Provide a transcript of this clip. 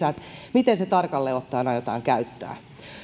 miten se tarkalleen ottaen aiotaan käyttää